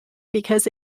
because